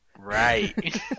Right